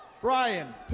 Brian